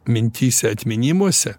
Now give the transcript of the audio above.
mintyse atminimuose